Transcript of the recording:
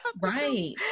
right